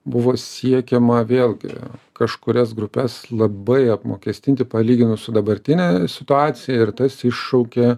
buvo siekiama vėl gi kažkurias grupes labai apmokestinti palyginus su dabartine situacija ir tas iššaukė